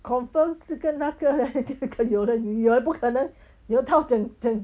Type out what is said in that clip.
confirm 这个那个 then 这个有了女儿不可能留到整整